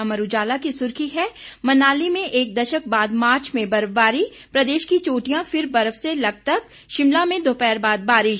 अमर उजाला की सुर्खी है मनाली में एक दशक बाद मार्च में बर्फबारी प्रदेश की चोटियां फिर बर्फ से लकदक शिमला में दोपहर बाद बारिश